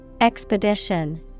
Expedition